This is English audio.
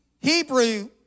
Hebrew